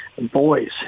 boys